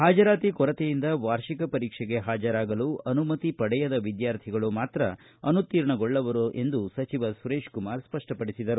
ಪಾಜರಾತಿಯ ಕೊರತೆಯಿಂದ ವಾರ್ಷಿಕ ಪರೀಕ್ಷೆಗೆ ಪಾಜರಾಗಲು ಅನುಮತಿ ಪಡೆಯದ ವಿದ್ವಾರ್ಥಿಗಳು ಮಾತ್ರ ಅನುತ್ತೀರ್ಣಗೊಳ್ಳುವರು ಎಂದು ಸಚಿವರು ಸ್ಪಷ್ಟಪಡಿಸಿದರು